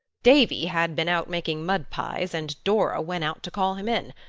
davy had been out making mud pies and dora went out to call him in.